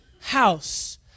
house